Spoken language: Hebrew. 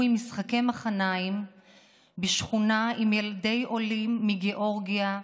עם משחקי מחניים בשכונה עם ילדי עולים מגיאורגיה,